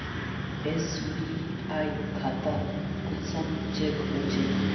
SBI खाता कुंसम check होचे?